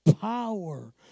power